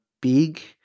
big